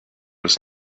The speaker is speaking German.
ist